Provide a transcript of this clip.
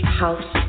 house